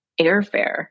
airfare